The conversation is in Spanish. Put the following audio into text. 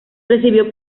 recibió